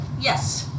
Yes